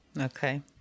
Okay